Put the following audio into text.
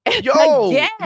Yo